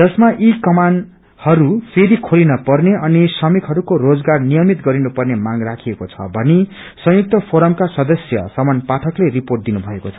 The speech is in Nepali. जसमा यी वियाकमानहरू फेरि खोलिन पर्ने अनि श्रमिहरूको रोजगार नियमित गरिनुपर्ने मांग राखिएको छ भनी संयुक्त फोरमका सदस्य समन पाठक रिपोर्ट दिनु भएको छ